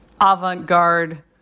avant-garde